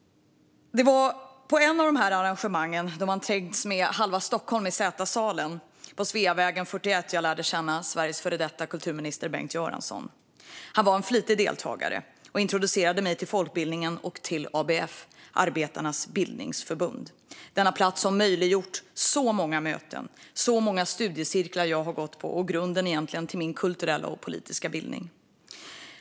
Det var på ett av dessa arrangemang, då man trängdes med halva Stockholm i Z-salen på Sveavägen 41, som jag lärde känna Sveriges före detta kulturminister Bengt Göransson. Han var en flitig deltagare och introducerade mig till folkbildningen och till ABF, Arbetarnas Bildningsförbund. På denna plats möjliggjordes så många möten, och jag gick på så många studiecirklar där. Det lade grunden till min kulturella och politiska bildning.